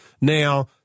Now